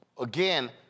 again